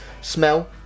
Smell